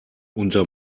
unser